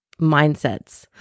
mindsets